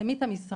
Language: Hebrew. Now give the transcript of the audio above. תפרסמי את המשרה,